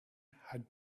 had